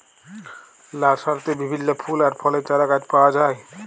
লার্সারিতে বিভিল্য ফুল আর ফলের চারাগাছ পাওয়া যায়